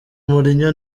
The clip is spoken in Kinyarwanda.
mourinho